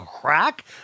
crack